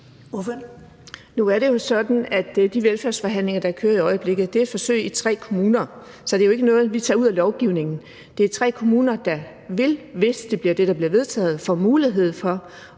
Nu er det jo sådan, at de velfærdsforhandlinger, der kører i øjeblikket, er forsøg i tre kommuner. Så det er jo ikke noget, vi tager ud af lovgivningen. Det er tre kommuner, der, hvis det bliver det, der bliver vedtaget, vil få mulighed for